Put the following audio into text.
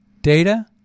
Data